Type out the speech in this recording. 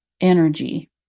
energy